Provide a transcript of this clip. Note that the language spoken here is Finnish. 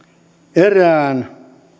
erään